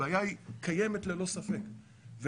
הבעיה קיימת ללא ספק,